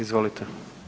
Izvolite.